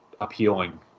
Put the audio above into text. appealing